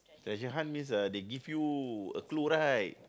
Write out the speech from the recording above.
treasure hunt means uh they give you a clue right